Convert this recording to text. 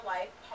Life